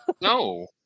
no